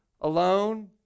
alone